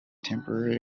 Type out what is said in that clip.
temporary